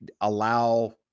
allow